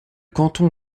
canton